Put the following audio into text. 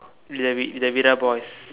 that we that without voice